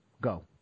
Go